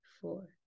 four